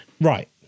Right